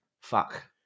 Fuck